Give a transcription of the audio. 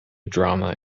drama